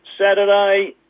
Saturday